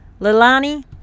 Lilani